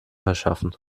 verschaffen